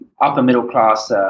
upper-middle-class